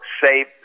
safe